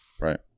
right